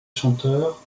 chanteur